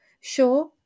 sure